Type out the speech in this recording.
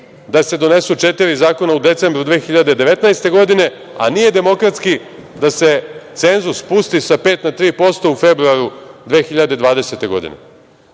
da se donesu četiri zakona u decembru 2019. godine, a nije demokratski da se cenzus spusti sa pet na tri posto u februaru 2020. godine?